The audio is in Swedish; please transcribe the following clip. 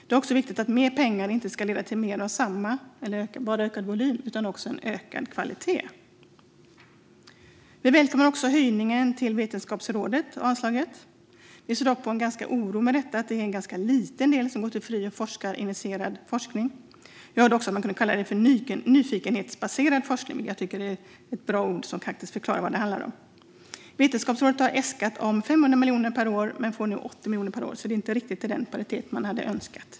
Det är också viktigt att mer pengar inte ska leda till mer av samma eller bara ökad volym utan också en ökad kvalitet. Vi välkomnar också höjningen av anslaget till Vetenskapsrådet. Vi ser dock med viss oro på att det är en ganska liten del som går till fri och forskarinitierad forskning. Jag hörde också att man kunde kalla det för nyfikenhetsbaserad forskning, ett bra ord som faktiskt förklarar vad det handlar om. Vetenskapsrådet har äskat 500 miljoner kronor per år men får 80 miljoner per år, så det är inte riktigt i paritet med det man hade önskat.